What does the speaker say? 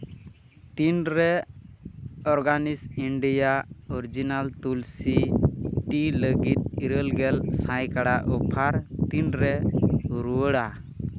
ᱛᱤᱱᱨᱮ organic India original tulsi tea ᱞᱟᱹᱜᱤᱫ ᱤᱨᱟᱹᱞ ᱜᱮᱞ ᱥᱟᱭ ᱠᱟᱬᱟ ᱚᱯᱷᱟᱨ ᱛᱤᱱ ᱨᱮ ᱨᱩᱣᱟᱹᱲᱟ